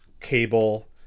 cable